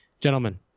Gentlemen